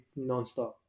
nonstop